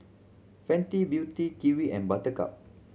Fenty Beauty Kiwi and Buttercup